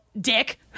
dick